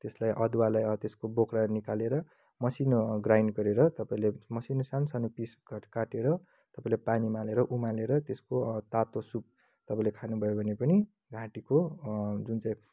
त्यसलाई अदुवालाई त्यसको बोक्रा निकालेर मसिनो ग्राइन्ड गरेर तपाईँले मसिनो सानसानो पिस काटेर तपाईँले पानी उमालेर उमालेर त्यसको तातो सुप तपाईँले खानुभयो पनि घाँटीको जुन चाहिँ